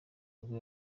nibwo